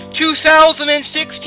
2016